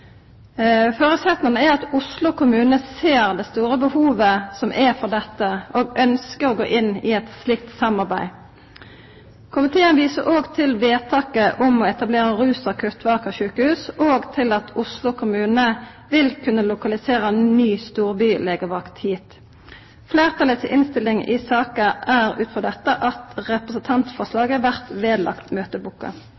er at Oslo kommune ser det store behovet som er for dette, og ønskjer å gå inn i eit slikt samarbeid. Komiteen viser òg til vedtaket om å etablera rusakutt ved Aker sykehus og til at Oslo kommune vil kunna lokalisera storbylegevakt hit. Fleirtalet si innstilling i saka er ut frå dette at